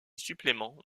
suppléments